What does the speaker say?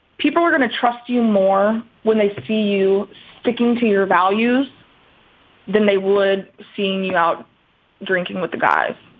people are going to trust you more when they see you sticking to your values than they would seeing you out drinking with the guys.